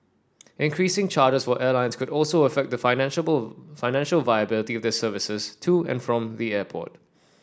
increasing charges for airlines could also affect the financial financial viability of their services to and from the airport